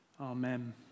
Amen